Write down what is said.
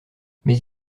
mais